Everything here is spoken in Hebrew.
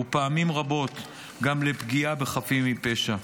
ופעמים רבות גם לפגיעה בחפים מפשע.